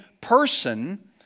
person